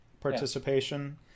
participation